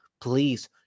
Please